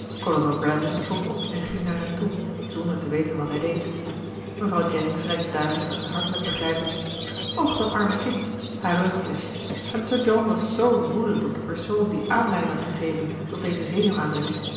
stond op en ging naar hen toe zonder te weten wat hij deed mevrouw jennings reikte dadelijk met een hartelijk begrijpend och dat arme kind haar reukfleschje en sir john was zoo woedend op de persoon die aanleiding had gegeven tot deze